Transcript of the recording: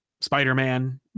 Spider-Man